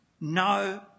no